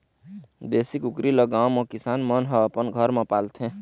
देशी कुकरी ल गाँव म किसान मन ह अपन घर म पालथे